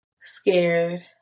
scared